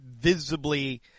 visibly